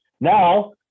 now